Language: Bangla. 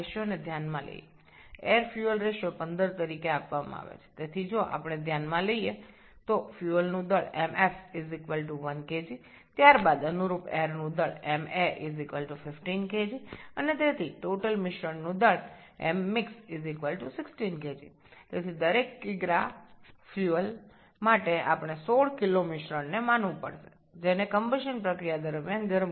বায়ু ও জ্বালানী অনুপাত ১৫ দেওয়া হয় তাই আমরা যদি বিবেচনা করি জ্বালানীর ভর mf 1 kg তাহার সাপেক্ষে বায়ুর ভর ma 15 kg এবং এর ফলে মিশ্রণের ভর mmix 16 kg সুতরাং আমাদের ধরে নিতে হবে প্রতি কেজি জ্বালানীর জন্য ১৬ কেজি মিশ্রণটি দহন প্রক্রিয়া চলাকালীন উত্তপ্ত করা দরকার